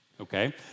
okay